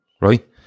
right